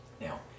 Now